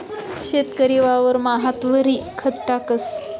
शेतकरी वावरमा हातवरी खत टाकस